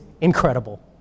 incredible